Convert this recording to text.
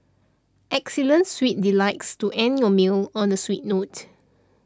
excellence sweet delights to end your meals on a sweet note